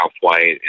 White